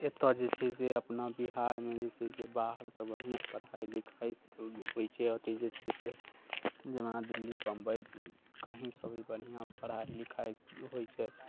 एतऽ जे छै से अपना बिहारमे जे छै से बाहरसँ बढ़िआँ पढाइ लिखाइ होइ छै अथी जे छै से जेना दिल्ली बम्बइ कहींसँ भी बढ़िआँ पढ़ाइ लिखाइ होइ छै